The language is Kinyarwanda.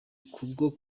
kubwo